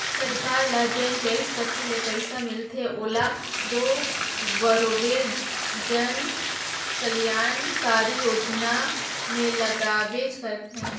सरकार ल जेन टेक्स कती ले पइसा मिलथे ओला दो बरोबेर जन कलयानकारी योजना में लगाबेच करथे